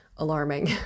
alarming